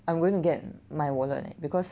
I'm going to get my wallet leh because